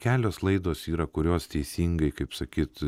kelios laidos yra kurios teisingai kaip sakyt